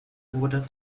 wurde